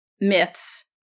myths